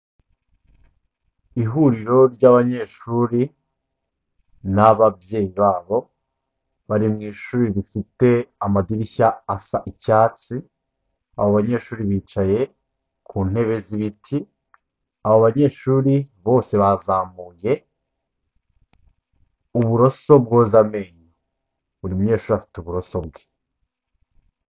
Ihuriro ry'abanyeshuri n'ababyeyi babo, bari mu ishuri rifite amadirishya asa icyatsi, abo banyeshuri bicaye ku ntebe z'ibiti; abo banyeshuri bose bazamuye, uburoso bwoza amenyo. Buri munyeshuri afite uburoso bwe.